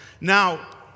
Now